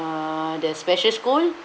err the special school